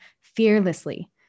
fearlessly